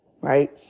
right